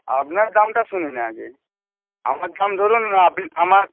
আপনার দামটা শুনি না আগে আমার দাম ধরুন আমার